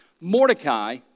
Mordecai